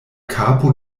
kapo